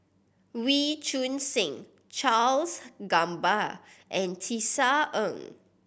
Wee Choon Seng Charles Gamba and Tisa Ng